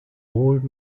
old